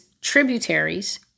tributaries